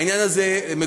העניין הזה מקובל.